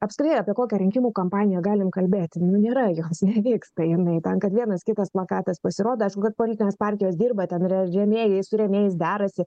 apskritai apie kokią rinkimų kampaniją galim kalbėti nu nėra jos nevyksta jinai tam kad vienas kitas plakatas pasirodo aišku politinės partijos dirba ten re rėmėjai su rėmėjais derasi